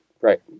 right